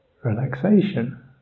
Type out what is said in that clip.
relaxation